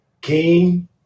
king